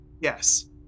Yes